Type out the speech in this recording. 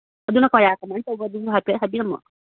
ꯑꯗꯨꯅ ꯀꯌꯥ ꯀꯃꯥꯏ ꯇꯧꯕ ꯑꯗꯨꯁꯨ ꯍꯥꯏꯐꯦꯠ ꯍꯥꯏꯕꯤꯔꯝꯃꯣ